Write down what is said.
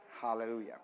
Hallelujah